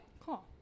Cool